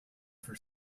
for